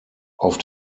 auf